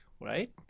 right